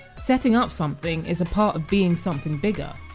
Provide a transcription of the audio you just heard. setting up something is a part of being something bigger.